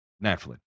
naturally